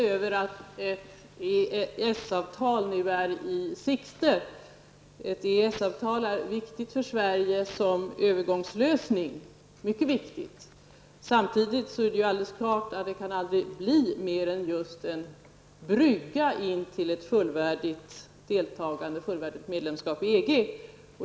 Herr talman! Jag delar handelsministerns tillfredsställelse över att ett EES-avtal nu är i sikte. Ett EES-avtal är mycket viktigt för Sverige som övergångslösning. Samtidigt är det alldeles klart att det aldrig kan bli mer än just en brygga till ett fullvärdigt medlemskap i EG.